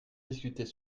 discuter